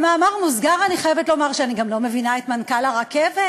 במאמר מוסגר אני חייבת לומר שאני גם לא מבינה את מנכ"ל הרכבת.